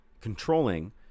controlling